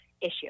issue